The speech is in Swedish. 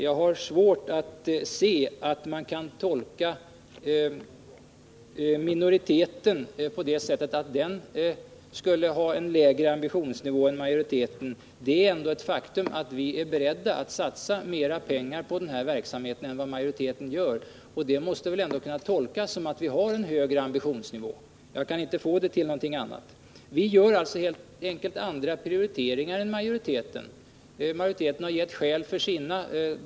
Jag har svårt att se att man kan tolka minoriteten på det sättet att den skulle ha en lägre ambitionsnivå än majoriteten. Det är ändå ett faktum att vi är beredda att satsa mera pengar på den här verksamheten än vad majoriteten gör. Det måste väl ändå kunna tolkas som att vi har en högre ambitionsnivå. Jag kan inte få det till någonting annat. Vi gör alltså helt enkelt andra prioriteringar än majoriteten. Majoriteten har givit skäl för sina.